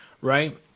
right